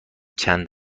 چند